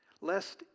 lest